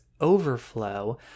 overflow